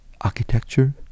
architecture